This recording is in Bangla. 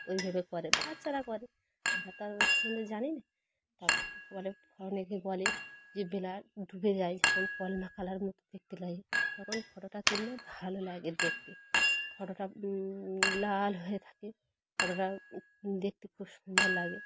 ওইভাবে করে বাচ্চারা করে আমরা তো আর ওই সম্বন্ধে জানি না তার বলে ফ অনেকে বলে যে বেলা ডুবে যায় যখন কলমা কালার মতো দেখতে লাগে তখন ফটোটা তুললে ভালো লাগে দেখতে ফটোটা লাল হয়ে থাকে ফটোটা দেখতে খুব সুন্দর লাগে